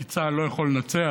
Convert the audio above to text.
כי צה"ל לא יכול לנצח